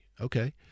Okay